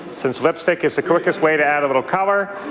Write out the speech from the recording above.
since lipstick is the quickest way to add a little colour,